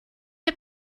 the